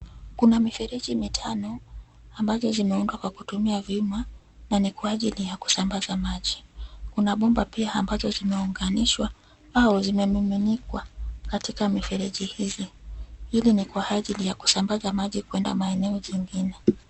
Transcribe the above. Kuna mifereji mitano ambazo zimeundwa kwa kutumia vyuma na ni kwa ajili ya kusambaza maji. Kuna bomba pia ambazo zimeunganishwa au zimemiminikwa katika mifereji hizi. Hili ni kwa ajili ya kusambaza maji kwenda maeneo zingine.